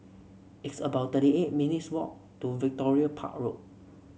it's about thirty eight minutes' walk to Victoria Park Road